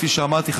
כפי שאמרתי לך,